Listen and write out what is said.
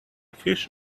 fish